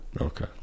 okay